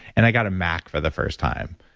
and i got a mac for the first time.